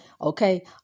Okay